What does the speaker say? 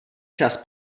čas